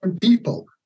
people